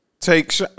take